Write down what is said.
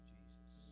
Jesus